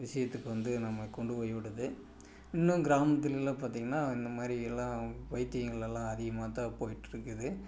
விஷயத்துக்கு வந்து நம்மளை கொண்டு போய் விடுது இன்னும் கிராமத்துலெலாம் பார்த்தீங்கன்னா இந்த மாதிரி எல்லாம் வைத்தியங்களெல்லாம் அதிகமாக தான் போய்கிட்ருக்குது